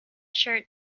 shirt